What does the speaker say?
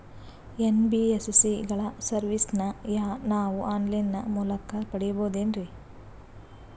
NBSC ಗಳ ಸರ್ವಿಸನ್ನ ನಾವು ಆನ್ ಲೈನ್ ಮೂಲಕ ಪಡೆಯಬಹುದೇನ್ರಿ?